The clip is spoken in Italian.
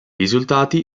risultati